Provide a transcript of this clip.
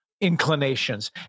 inclinations